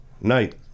Night